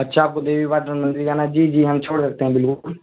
اچھا آپ کو دیوی پاٹن مندر جانا ہے جی جی ہاں چھوڑ دیتے ہیں بالکل